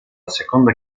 seconda